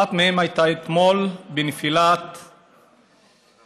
אחת מהן הייתה אתמול בנפילת המנוף,